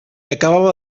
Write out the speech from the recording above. acabava